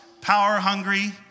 power-hungry